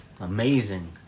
Amazing